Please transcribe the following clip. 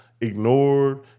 ignored